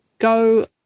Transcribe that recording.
go